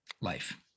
life